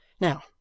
Now